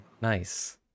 Nice